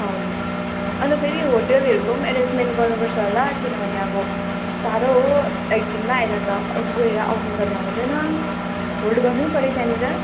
हजुर अन्त फेरि होटेलहरूको एरेन्जमेन्ट गर्नु पर्छ होला किनभने अब टाढो हो एक दिनमै आएर त गएर आउनु त भ्याउँदैन होल्ड गर्नै पर्यो त्यहाँनेर